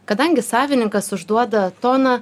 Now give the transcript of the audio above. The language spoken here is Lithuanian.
kadangi savininkas užduoda toną